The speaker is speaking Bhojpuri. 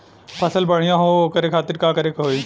फसल बढ़ियां हो ओकरे खातिर का करे के होई?